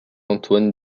antoine